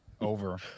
Over